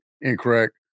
incorrect